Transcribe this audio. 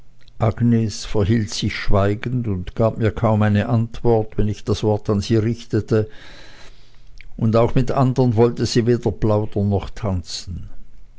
verhielt sich schweigend und gab mir kaum eine antwort wenn ich das wort an sie richtete auch mit andern wollte sie weder plaudern noch tanzen